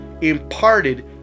imparted